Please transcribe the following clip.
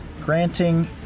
granting